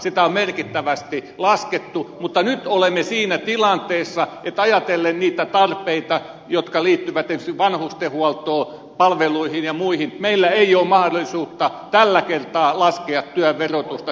sitä on merkittävästi laskettu mutta nyt olemme siinä tilanteessa että ajatellen niitä tarpeita jotka liittyvät esimerkiksi vanhustenhuoltoon palveluihin ja muihin meillä ei ole mahdollisuutta tällä kertaa laskea työn verotusta sen enempää